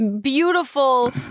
beautiful